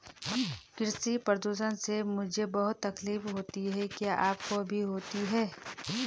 कृषि प्रदूषण से मुझे बहुत तकलीफ होती है क्या आपको भी होती है